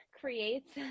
creates